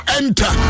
enter